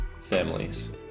Families